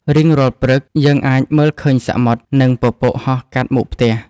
រៀងរាល់ព្រឹក យើងអាចមើលឃើញសមុទ្រ និងពពកហោះកាត់មុខផ្ទះ។